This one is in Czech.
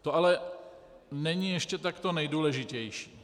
To ale není ještě to nejdůležitější.